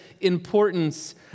importance